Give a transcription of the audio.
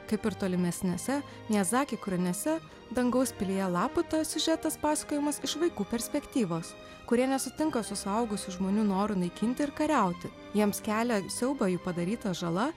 kaip ir tolimesnėse miazaki kūriniuose dangaus pilyje laputa siužetas pasakojimas iš vaikų perspektyvos kurie nesutinka su suaugusių žmonių noru naikinti ir kariauti jiems kelia siaubą jų padaryta žala